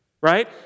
right